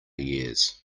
years